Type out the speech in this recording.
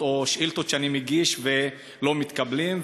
או שאילתות שאני מגיש ולא מתקבלות,